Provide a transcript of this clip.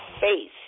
face